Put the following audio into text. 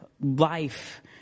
life